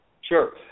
Sure